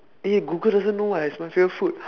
eh google doesn't know what is my favorite food